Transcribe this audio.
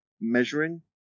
measuring